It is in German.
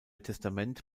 testament